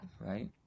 right